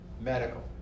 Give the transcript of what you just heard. Medical